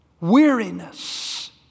Weariness